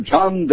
John